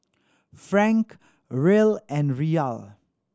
Franc Riel and Riyal